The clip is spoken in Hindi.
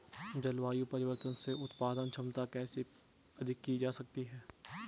जलवायु परिवर्तन से उत्पादन क्षमता कैसे अधिक की जा सकती है?